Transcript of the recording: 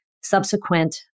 subsequent